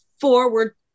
forward